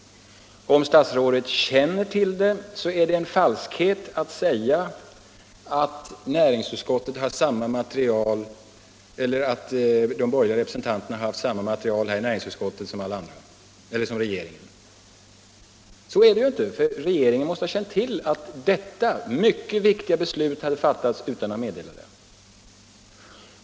Om statsrådet kände till det, är det en falskhet att säga att de borgerliga representanterna i näringsutskottet hade tillgång till samma material som regeringen! Så är det ju inte. Regeringen måste ha känt till att detta mycket viktiga beslut hade fattats utan att meddela det.